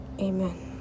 amen